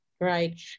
Right